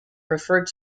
referred